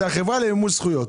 זה החברה למימוש זכויות,